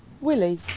Willie